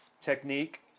Technique